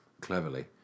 cleverly